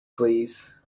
please